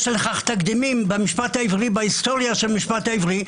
יש לכך תקדימים בהיסטוריה של המשפט העברי.